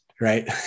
Right